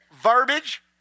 verbiage